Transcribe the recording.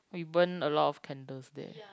we burn a lot of candles there